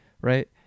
Right